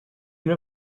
una